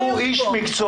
הוא איש מקצוע,